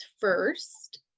first